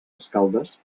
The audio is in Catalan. escaldes